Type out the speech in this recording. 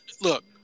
look